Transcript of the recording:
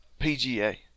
PGA